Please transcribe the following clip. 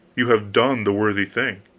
you have done the worthy thing.